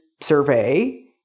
survey